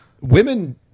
women